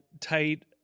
tight